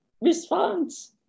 response